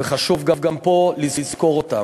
וחשוב גם פה לזכור אותם.